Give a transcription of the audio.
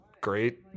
great